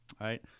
Right